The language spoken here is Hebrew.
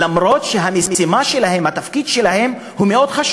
למרות שהמשימה שלהם, התפקיד שלהם, חשוב מאוד.